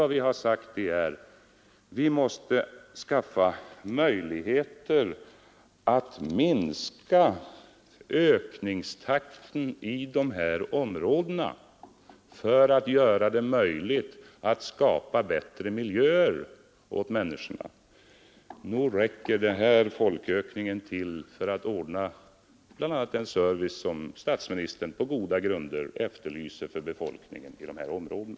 Vad vi har sagt är att vi måste skaffa möjligheter att minska ökningstakten i de här områdena för att göra det möjligt att skapa bättre miljöer åt människorna. Nog räcker den här folkökningen till för att ordna bl.a. den service som statsministern på goda grunder efterlyser för befolkningen.